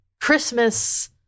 Christmas